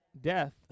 Death